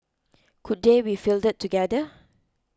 could they be fielded together